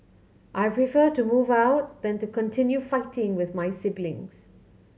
I prefer to move out than to continue fighting with my siblings